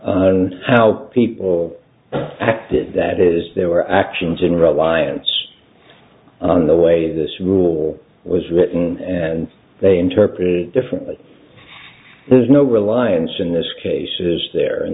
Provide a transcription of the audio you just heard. on how people acted that is their actions in reliance on the way this rule was written and they interpret it differently there's no reliance in this case is there in